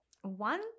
one